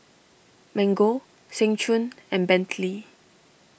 Mango Seng Choon and Bentley